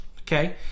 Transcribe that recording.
okay